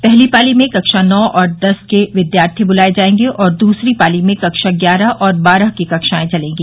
पहली पाली में कक्षा नौ और कक्षा दस के विद्यार्थी बुलाये जायेंगे और दूसरी पाली में कक्षा ग्यारह और कक्षा बारह की कक्षाएं चलेंगी